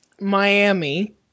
Miami